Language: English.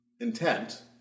intent